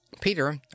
Peter